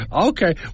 Okay